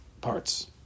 parts